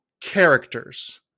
characters